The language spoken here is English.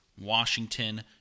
Washington